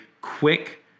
quick